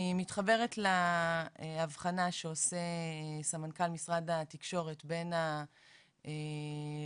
אני מתחברת להבחנה שעושה סמנכ"ל משרד התקשורת בין רובד